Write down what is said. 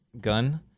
gun